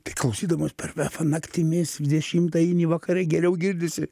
tai klausydamas per vefą naktimis dvidešimtą eini vakare geriau girdisi